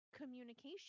communication